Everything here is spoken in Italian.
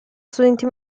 studente